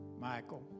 Michael